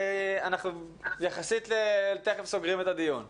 אנחנו יחסית תכף סוגרים את הדיון.